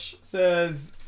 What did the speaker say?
says